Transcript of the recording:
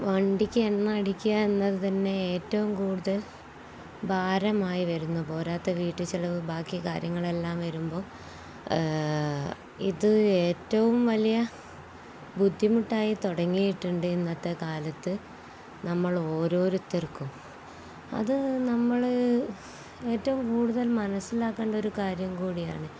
വണ്ടിക്ക് എണ്ണ അടയ്ക്കുക എന്നതു തന്നെ ഏറ്റവും കൂടുതൽ ഭാരമായി വരുന്നു പോരാത്ത വീട്ടുചെലവു ബാക്കി കാര്യങ്ങളെല്ലാം വരുമ്പോള് ഇത് ഏറ്റവും വലിയ ബുദ്ധിമുട്ടായിത്തുടങ്ങിയിട്ടുണ്ട് ഇന്നത്തെ കാലത്തു നമ്മൾ ഓരോരുത്തർക്കും അതു നമ്മള് ഏറ്റവും കൂടുതൽ മനസ്സിലാക്കണ്ട ഒരു കാര്യം കൂടിയാണ്